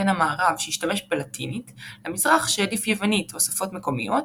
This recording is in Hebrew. בין המערב שהשתמש בלטינית למזרח שהעדיף יוונית או שפות מקומיות,